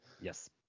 yes